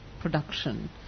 production